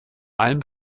allem